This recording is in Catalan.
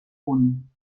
punt